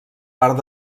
part